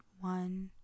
One